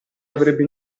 avrebbe